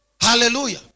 Hallelujah